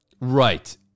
right